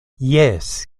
jes